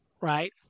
right